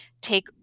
take